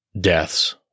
deaths